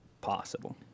possible